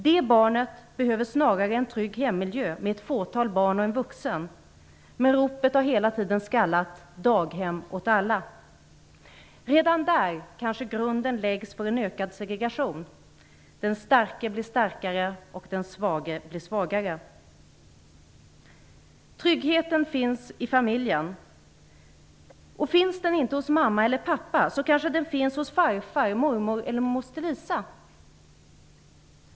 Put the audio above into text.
Det barnet behöver snarare en trygg hemmiljö med ett fåtal barn och en vuxen. Men ropet har hela tiden skallat: Daghem åt alla! Redan där kanske grunden läggs för en ökad segregation. Den starke blir starkare, den svage blir svagare. Tryggheten finns i familjen. Finns den inte hos mamma och pappa, så kanske den finns hos farfar, mormor eller moster Lisa.